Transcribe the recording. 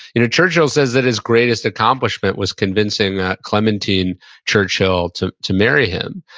you know churchill says that his greatest accomplishment was convincing that clementine churchill to to marry him.